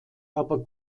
aber